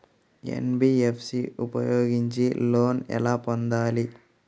NBFC ఉపయోగించి loan ఎలా పొందాలి?